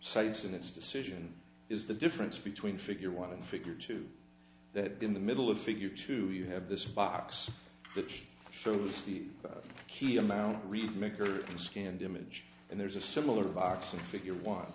cites in its decision is the difference between figure one and figure two that in the middle of figure two you have this box which shows the key amount read maker and scanned image and there's a similar box and figure